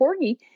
corgi